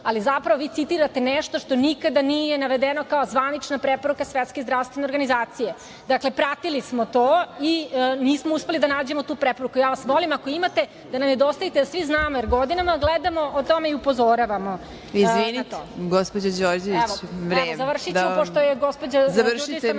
ali zapravo vi citirate nešto što nikada nije navedeno kao zvanična preporuka SZO.Dakle, pratili smo to i nismo uspeli da nađemo tu preporuku. Ja vas molim, ako imate, da nam je dostavite da svi znamo, jer godinama gledamo o tome i upozoravamo. **Marina Raguš** Gospođo Đorđević, vreme.